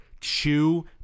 chew